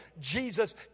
Jesus